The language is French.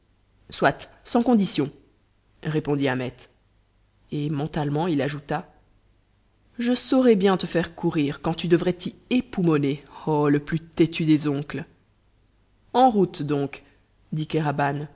soit sans conditions répondit ahmet et mentalement il ajouta je saurai bien te faire courir quand tu devrais t'y époumonner oh le plus têtu des oncles en route donc dit